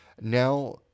now